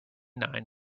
nine